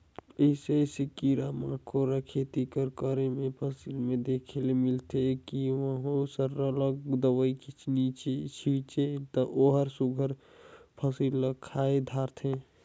अइसे अइसे कीरा मकोरा खेती कर करे में फसिल में देखे ले मिलथे कि कहों सरलग दवई नी छींचे ता ओहर सुग्घर फसिल ल खाए धारथे